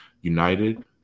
united